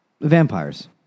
Vampires